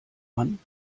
man